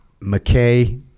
McKay